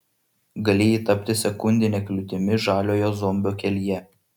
galėjai tapti sekundine kliūtimi žaliojo zombio kelyje